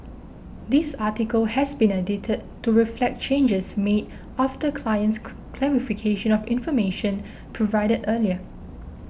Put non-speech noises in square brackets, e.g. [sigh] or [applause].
this article has been edited to reflect changes made after client's [noise] clarification of information provided earlier